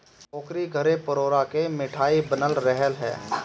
ओकरी घरे परोरा के मिठाई बनल रहल हअ